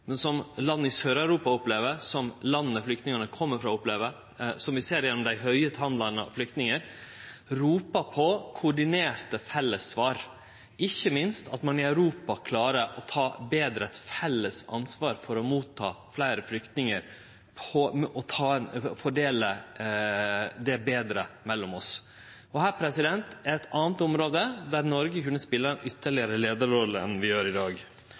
men som land i Sør-Europa opplever, som landa flyktningane kjem frå, opplever, som vi ser gjennom det høge talet på flyktningar – ropar på koordinerte fellessvar, ikkje minst på at ein i Europa betre klarer å ta eit felles ansvar for å ta imot fleire flyktningar og fordele dette betre mellom oss. Her er eit anna område der Noreg kunne spele ei ytterlegare leiarrolle, i høve til det vi gjer i dag.